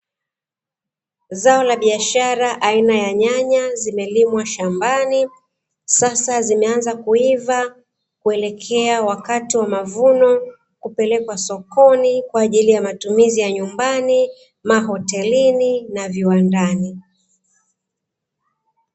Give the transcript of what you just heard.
Zao la biashara aina ya nyanya zimelimwa shambani, sasa zimeanza kuiva kuelekea waikato wa mavuno kupelekwa sokoni kwa ajili ya matumizi ya; manyumbani, hotelini na viwandani.